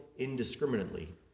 indiscriminately